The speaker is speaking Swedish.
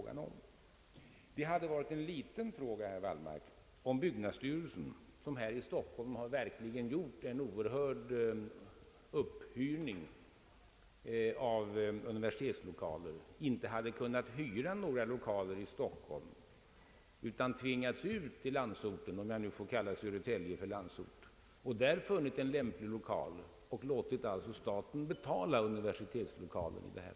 Denna fråga hade, herr Wallmark, varit liten om byggnadsstyrelsen, som här i Stockholm bedrivit en synnerligen stor verksamhet för att hyra universitetslokaler, inte kunnat komma över några lokaler i Stockholm utan hade tvingats ut i landsorten — om jag nu får kalla Södertälje för landsorten — och i detta fall hade funnit en universitetslokal och låtit staten betala för den.